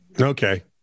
Okay